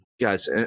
guys